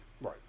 right